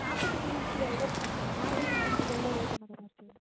நாற்பத்தி மூணு இன்ச்சில் எவ்வளோ நாற்பத்தி மூணு இன்ச்சில் எவ்வளோ ரேட் மேடம் இருக்கு